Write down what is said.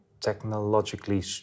technologically